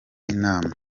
inama